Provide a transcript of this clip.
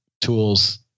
tools